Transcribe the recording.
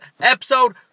episode